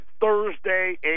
Thursday